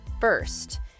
first